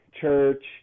church